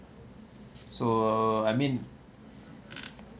so I mean